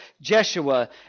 Jeshua